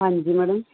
ਹਾਂਜੀ ਮੈਡਮ